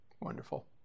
Wonderful